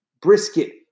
Brisket